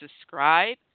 subscribe